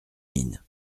mines